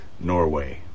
Norway